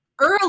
Early